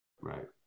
Right